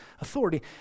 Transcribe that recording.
authority